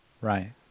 Right